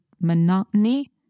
monotony